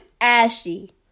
ashy